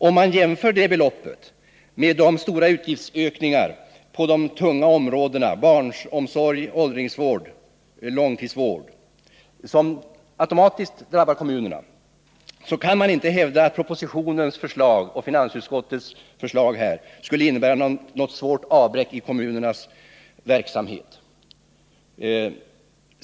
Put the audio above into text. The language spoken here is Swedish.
Om man jämför det beloppet med de stora utgiftsökningar på de tunga områdena — barnomsor gen, åldringsvården, långtidsvården — som automatiskt drabbar kommunerna kan man inte hävda att propositionens förslag och finansutskottets förslag skulle innebära något svårt avbräck i kommunernas verksamhet.